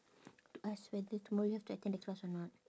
ask whether tomorrow you have to attend the class or not